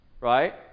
Right